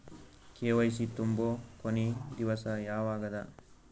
KYC ತುಂಬೊ ಕೊನಿ ದಿವಸ ಯಾವಗದ?